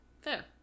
Fair